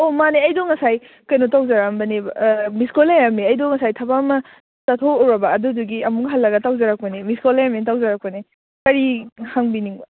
ꯑꯣ ꯃꯥꯅꯦ ꯑꯩꯗꯣ ꯉꯁꯥꯏ ꯀꯩꯅꯣ ꯇꯧꯖꯔꯝꯕꯅꯦꯕ ꯃꯤꯁ ꯀꯣꯜ ꯂꯩꯔꯝꯃꯦ ꯑꯩꯗꯣ ꯉꯁꯥꯏ ꯊꯕꯛ ꯑꯃ ꯆꯠꯊꯣꯛꯂꯨꯔꯕ ꯑꯗꯨꯗꯨꯒꯤ ꯑꯃꯨꯛ ꯍꯜꯂꯒ ꯇꯧꯖꯔꯛꯄꯅꯦ ꯃꯤꯁ ꯀꯣꯜ ꯂꯩꯔꯝꯃꯦꯅ ꯇꯧꯖꯔꯛꯄꯅꯦ ꯀꯔꯤ ꯍꯪꯕꯤꯅꯤꯡꯕ